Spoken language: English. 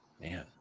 Man